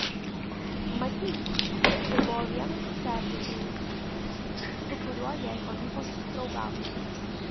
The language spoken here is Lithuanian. matyt tai buvo vienas sergėtojų su kuriuo jai pavyko susidraugauti